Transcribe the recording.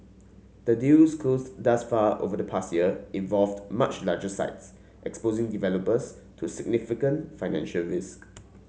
the deals closed thus far over the past year involved much larger sites exposing developers to significant financial risk